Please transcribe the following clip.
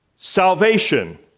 Salvation